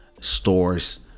stores